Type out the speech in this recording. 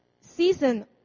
season